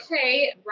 okay